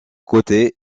côtés